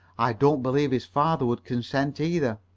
i don't believe his father would consent either.